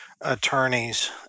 attorneys